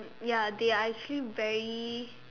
ya they are actually very